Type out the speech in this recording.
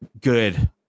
good